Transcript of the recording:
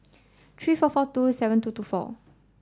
three four four two seven two two four